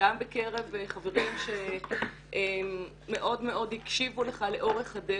גם בקרב חברים שהקשיבו לך לאורך הדרך.